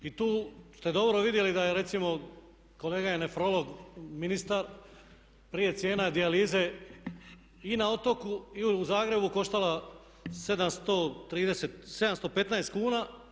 I tu ste dobro vidjeli da je recimo kolega je nefrolog ministar, prije cijena dijalize i na otoku i u Zagrebu koštala 715 kuna.